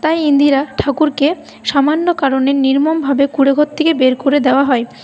তাই ইন্দির ঠাকরুনকে সামান্য কারণে নির্মমভাবে কুঁড়েঘর থেকে বের করে দেওয়া হয়